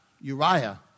Uriah